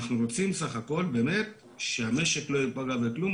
אנחנו רוצים בסך הכול באמת שהמשק לא יפגע בכלום,